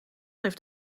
heeft